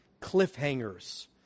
cliffhangers